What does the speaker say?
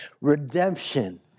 Redemption